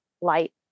light